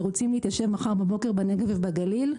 שרוצים להתיישב מחר בבוקר בנגב ובגליל,